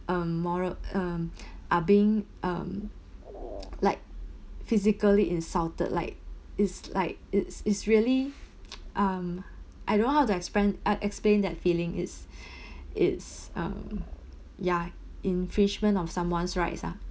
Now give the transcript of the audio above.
um moral um are being um like physically insulted like it's like it's it's really um I don't know how to explain uh explain that feeling it's it's um ya infringement of someone's rights ah